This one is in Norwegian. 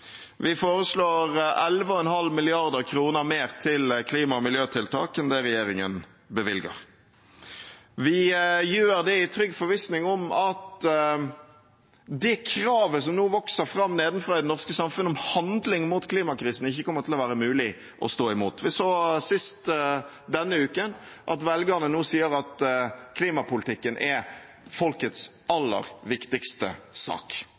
Vi foreslår 11,5 mrd. kr mer til klima- og miljøtiltak enn det regjeringen bevilger. Vi gjør det i trygg forvissning om at det kravet som nå vokser fram nedenfra i det norske samfunnet om handling mot klimakrisen, ikke kommer til å være mulig å stå imot. Vi så sist denne uken at velgerne nå sier at klimapolitikken er folkets aller viktigste sak.